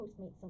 postmates